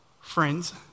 Friends